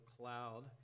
cloud